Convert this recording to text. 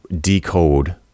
decode